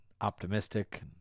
optimistic